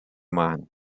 machen